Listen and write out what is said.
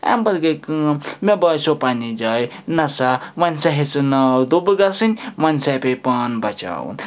امہِ پَتہٕ گٔے کٲم مےٚ باسیٚو پَننہِ جایہِ نَسا وۅنۍ سا ہیٚژٕن ناو دُبہٕ گَژھِنۍ وۅنۍ سا پیٚیہِ پان بَچاوُن